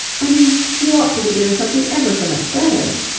i mean, you ought to be doing something ever so much better.